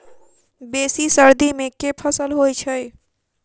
बेसी सर्दी मे केँ फसल होइ छै?